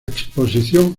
exposición